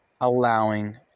allowing